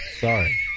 Sorry